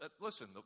listen